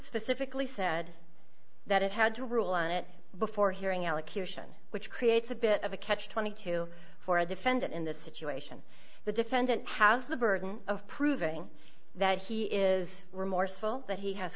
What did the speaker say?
specifically said that it had to rule on it before hearing elocution which creates a bit of a catch twenty two for a defendant in this situation the defendant has the burden of proving that he is remorseful that he has